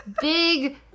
Big